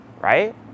right